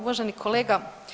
Uvaženi kolega.